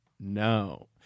No